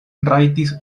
rajtis